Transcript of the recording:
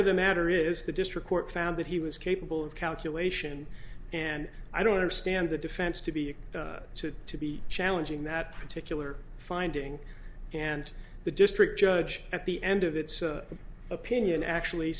of the matter is the district court found that he was capable of calculation and i don't understand the defense to be to be challenging that particular finding and the district judge at the end of its opinion actually